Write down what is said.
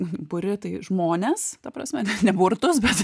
buri tai žmones ta prasme ne burtus bet